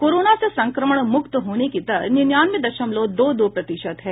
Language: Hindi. कोरोना से संक्रमण मुक्त होने की दर निन्यानवे दशमलव दो दो प्रतिशत है